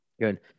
Good